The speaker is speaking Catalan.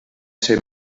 ser